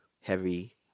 heavy